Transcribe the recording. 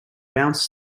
bounce